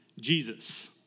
Jesus